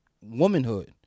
womanhood